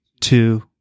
two